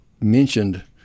mentioned